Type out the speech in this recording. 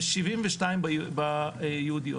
ו-72 ביהודיות.